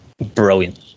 brilliant